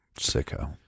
Sicko